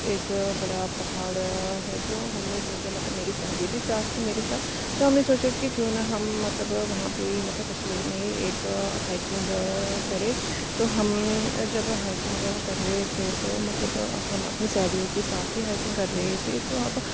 ایک بڑا پہاڑ ہے تو ہم نے سوچا مطلب میری سہیلی بھی ساتھ تھی میرے ساتھ تو ہم نے سوچا کہ کیوں نہ ہم مطلب وہاں پہ ہی مطلب کشمیر میں ایک ہائکنگ کریں تو ہم جب ہائکنگ کر رہے تھے تو مطلب اب ہم اپنی سہیلوں کے ساتھ ہائکنگ کر رہے تھے تو اب